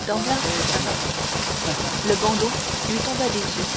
danglars frissonna le bandeau lui tomba des yeux